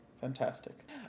Fantastic